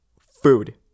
food